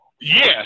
yes